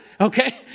Okay